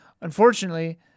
Unfortunately